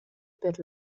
per